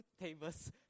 tables